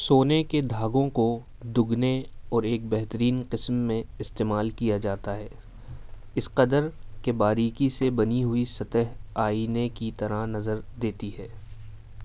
سونے کے دھاگوں کو دوگنے اور ایک بہترین قسم میں استعمال کیا جاتا ہے اس قدر کہ باریکی سے بنی ہوئی سطح آئینے کی طرح نظر دیتی ہے